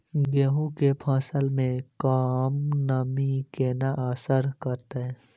गेंहूँ केँ फसल मे कम नमी केना असर करतै?